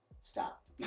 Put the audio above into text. stop